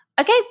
Okay